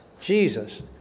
Jesus